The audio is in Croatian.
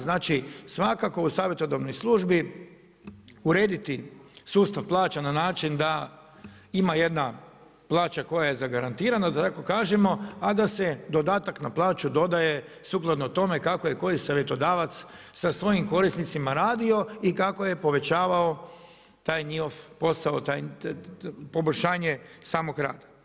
Znači svakako u savjetodavnoj službi urediti sustav plaća na način da ima jedna plaća koja je zagarantirana, da tako kažemo, a da se dodatak na plaću dodaje sukladno tome kako je koji savjetodavac sa svojim korisnicima radio i kako je povećavao taj njihov posao, poboljšanje samog rada.